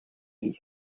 ell